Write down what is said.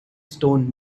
stone